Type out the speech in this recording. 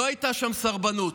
לא הייתה שם סרבנות.